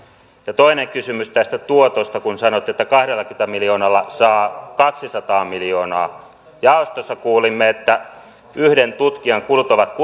ja toinen kysymys tästä tuotosta kun sanoitte että kahdellakymmenellä miljoonalla saa kaksisataa miljoonaa jaostossa kuulimme että yhden tutkijan kulut ovat